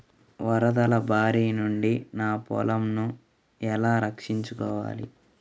వరదల భారి నుండి నా పొలంను ఎలా రక్షించుకోవాలి?